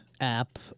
app